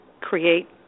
create